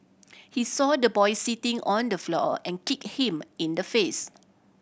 he saw the boy sitting on the floor and kicked him in the face